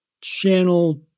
channel